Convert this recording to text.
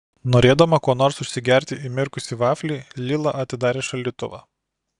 norėdama kuo nors užsigerti įmirkusį vaflį lila atidarė šaldytuvą